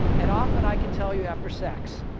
and often, i can tell you, after sex.